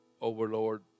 overlord